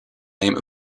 name